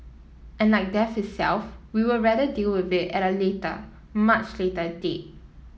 and like death itself we would rather deal with it at a later much later date